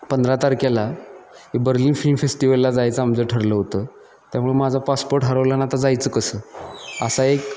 पंधरा तारखेला हे बर्लिन फिल्म फेस्टिवलला जायचं आमचं ठरलं होतं त्यामुळे माझा पासपोर्ट हरवला आणि आता जायचं कसं असा एक